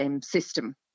system